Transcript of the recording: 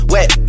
Wet